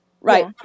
Right